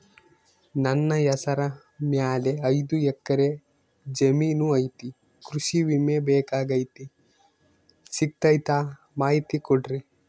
ನನ್ನ ಹೆಸರ ಮ್ಯಾಲೆ ಐದು ಎಕರೆ ಜಮೇನು ಐತಿ ಕೃಷಿ ವಿಮೆ ಬೇಕಾಗೈತಿ ಸಿಗ್ತೈತಾ ಮಾಹಿತಿ ಕೊಡ್ರಿ?